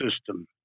system